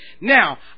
Now